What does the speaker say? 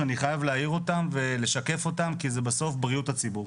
שאני חייב להעיר אותן ולשקף אותם כי זה בסוף בריאות הציבור.